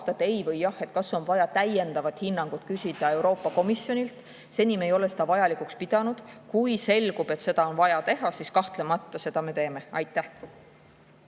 ei või jah, kas on vaja küsida täiendavat hinnangut Euroopa Komisjonilt. Seni ei ole me seda vajalikuks pidanud. Kui selgub, et seda on vaja teha, siis kahtlemata me seda teeme. Aitäh!